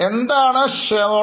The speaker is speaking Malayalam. എന്താണ് shareholders funds